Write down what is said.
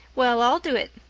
well, i'll do it.